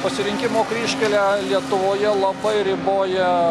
pasirinkimo kryžkelę lietuvoje labai riboja